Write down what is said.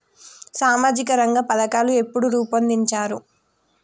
సామాజిక రంగ పథకాలు ఎప్పుడు రూపొందించారు?